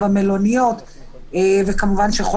החרגה שנייה,